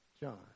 John